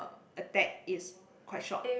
attack is quite short